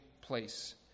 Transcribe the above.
place